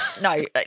no